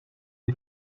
est